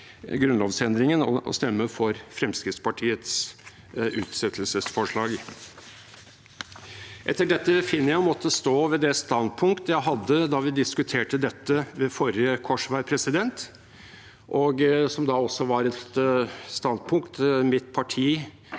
tilrå at man stemmer for Fremskrittspartiets utsettelsesforslag. Etter dette finner jeg å måtte stå ved det standpunkt jeg hadde da vi diskuterte dette ved forrige korsvei, som da også var et standpunkt mitt parti